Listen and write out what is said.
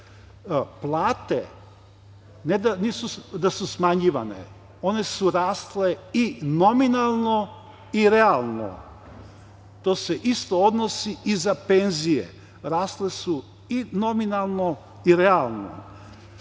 Plate ne da su smanjivane, one su rasle i nominalno i realno. To se isto odnosi i za penzije, rasle su i nominalno i realno.